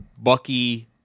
Bucky